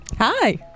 Hi